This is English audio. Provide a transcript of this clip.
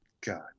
God